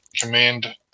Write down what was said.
command